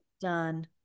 Done